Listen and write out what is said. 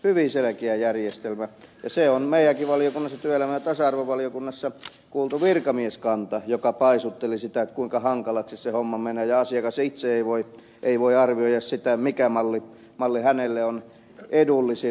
hyvin selkeä järjestelmä ja se on meidänkin valiokunnassamme työelämä ja tasa arvovaliokunnassa kuultu virkamieskanta joka paisutteli sitä kuinka hankalaksi se homma menee ja asiakas itse ei voi arvioida sitä mikä malli hänelle on edullisin